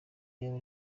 yaba